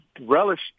relish